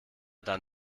dann